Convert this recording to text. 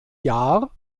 jahr